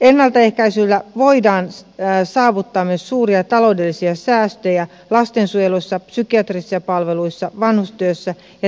ennaltaehkäisyllä voidaan saavuttaa myös suuria taloudellisia säästöjä lastensuojelussa psykiatrisissa palveluissa vanhustyössä ja terveydenhoidossa